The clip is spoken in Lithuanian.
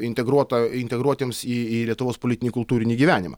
integruota integruotiems į į lietuvos politinį kultūrinį gyvenimą